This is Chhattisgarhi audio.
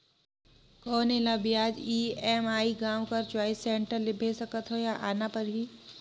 कौन एला ब्याज ई.एम.आई गांव कर चॉइस सेंटर ले भेज सकथव या आना परही?